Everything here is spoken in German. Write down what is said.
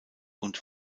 und